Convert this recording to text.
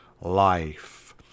life